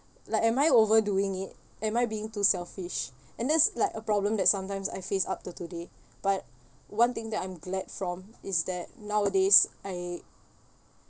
like am I overdoing it am I being too selfish and that's like a problem that sometimes I faced up till today but one thing that I'm glad from is that nowadays I